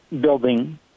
building